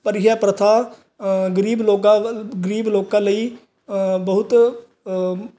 ਪਰ ਇਹ ਪ੍ਰਥਾ ਗਰੀਬ ਲੋਕਾਂ ਗਰੀਬ ਲੋਕਾਂ ਲਈ ਬਹੁਤ